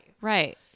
Right